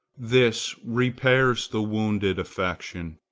this repairs the wounded affection.